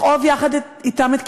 לכאוב יחד אתם את כאבם,